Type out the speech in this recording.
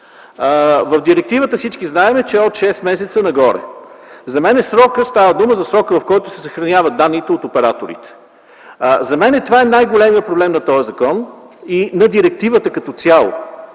В директивата, всички знаем, че е от 6 месеца нагоре. Става дума за срока, в който се съхраняват данните от операторите. Според мен това е най-големият проблем на този закон и на директивата като цяло.